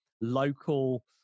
local